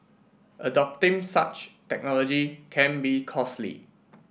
adopting such technology can be costly